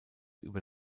über